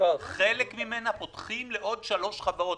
חלק ממנה פותחים לעוד שלוש חברות.